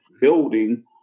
building